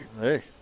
Hey